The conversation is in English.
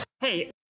Hey